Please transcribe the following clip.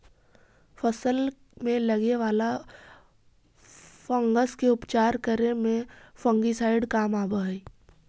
फसल में लगे वाला फंगस के उपचार करे में फंगिसाइड काम आवऽ हई